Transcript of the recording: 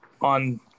on